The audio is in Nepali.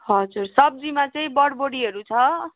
हजुर सब्जीमा चाहिँ बड बोडीहरू छ